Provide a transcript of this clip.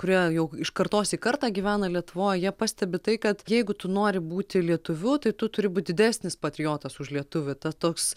o kurie jau iš kartos į kartą gyvena lietuvoj jie pastebi tai kad jeigu tu nori būti lietuviu tai tu turi būti didesnis patriotas už lietuvį ta toks